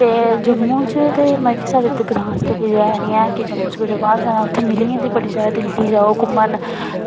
ते जम्मू च ते मैक्सीमम साढ़े इद्धर ग्रांऽ च ते ऐ निं ऐ कि जम्मू च कुतै बाह्र जाना उ'त्थें मिली जंदी बड़ी जगह् दिल्ली जाओ घूमन